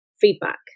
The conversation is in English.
feedback